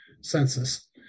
census